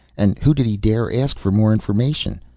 and who did he dare ask for more information?